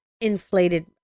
inflated